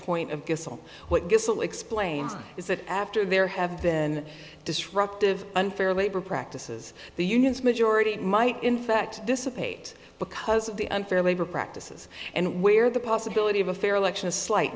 point of this all what gasol explains is that after there have been disruptive unfair labor practices the unions majority might in fact dissipate because of the unfair labor practices and where the possibility of a fair election a slight